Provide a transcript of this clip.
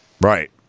Right